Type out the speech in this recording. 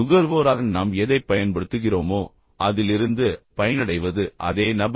நுகர்வோராக நாம் எதைப் பயன்படுத்துகிறோமோ அதிலிருந்து பயனடைவது அதே நபரா